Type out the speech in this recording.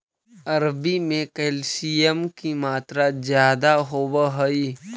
अरबी में कैल्शियम की मात्रा ज्यादा होवअ हई